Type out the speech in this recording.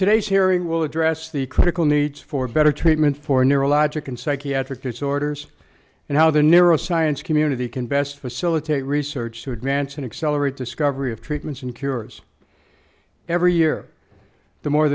today's hearing will address the critical needs for better treatment for neurologic and psychiatric disorders and how the neuro science community can best facilitate research to advance and accelerate discovery of treatments and cures every year the more